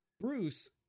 Bruce